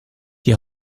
die